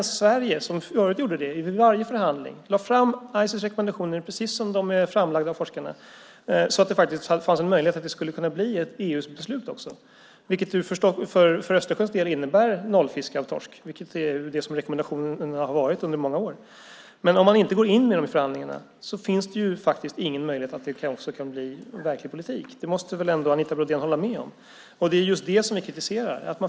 Sverige gjorde det förut inför varje förhandling och lade fram Ices rekommendationer precis som de är framlagda av forskarna så att det fanns en möjlighet att det skulle kunna bli ett EU-beslut. För Östersjöns del innebär det nollfiske av torsk, vilket har varit rekommendationen under många år. Men om man inte går in med det i förhandlingarna finns det ingen möjlighet att det kan bli verklig politik. Det måste väl ändå Anita Brodén hålla med om. Det är just det som vi kritiserar.